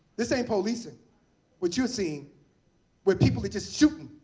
this ain't policing what you're seeing where people are just shooting.